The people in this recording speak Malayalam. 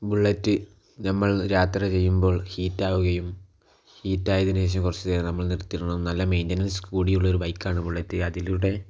ബുള്ളറ്റ് നമ്മൾ യാത്ര ചെയ്യുമ്പോൾ ഹീറ്റാകുകയും ഹീറ്റായതിനുശേഷം കുറച്ചു നേരം നിർത്തിയിടണം നല്ല മെയ്ൻറ്റനൻസ് കൂടുതലുള്ള ബൈക്കാണ് ബുള്ളറ്റ് അതിലൂടെ